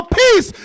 peace